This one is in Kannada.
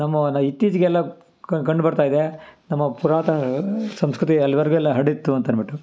ನಮ್ಮ ಇತ್ತೀಚೆಗೆಲ್ಲ ಕಂಡು ಬರ್ತಾಯಿದೆ ನಮ್ಮ ಪುರಾತನ ಸಂಸ್ಕೃತಿ ಅಲ್ಲಿವರೆಗೂ ಎಲ್ಲ ಹರಡಿತ್ತು ಅಂತನ್ಬಿಟ್ಟು